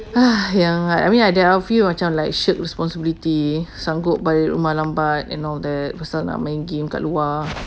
I mean like there are a few macam like shirk responsibility sanggup balik rumah lambat and all that pasal nak main game kat luar